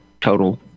total